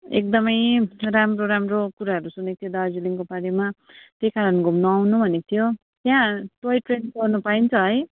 एकदमै राम्रो राम्रो कुराहरू सुनेको थिएँ दार्जिलिङको बारेमा त्यही कारण घुम्नु आउनु भनेको थियो त्यहाँ टोय ट्रेन चढ्नु पाइन्छ है